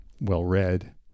well-read